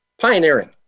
Pioneering